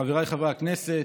חבריי חברי הכנסת,